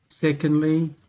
Secondly